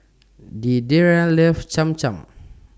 Deidre loves Cham Cham